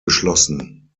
geschlossen